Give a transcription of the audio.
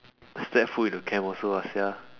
step foot into camp also lah sia